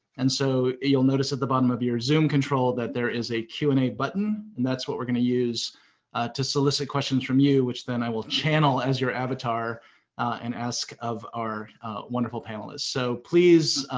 and so, you'll notice at the bottom of your zoom control that there is a q and a button and that's what we're gonna use to solicit questions from you, which then i will channel as your avatar and ask of our wonderful panelists. so, please,